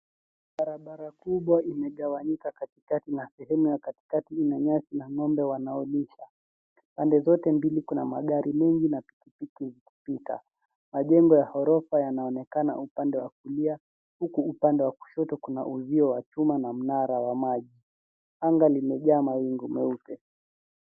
Barabara kubwa imegawanyika katikati na sehemu ya katikati ina nyasi na ng'ombe wanaolisha. Pande zote mbili kuna magari na pikipiki zikipita. Majengo ya ghorofa yanaonekana upande wa kulia huku upande wa kushoto kuna uzio wa chuma na mnara wa maji. Anga limejaa mawingu meupe.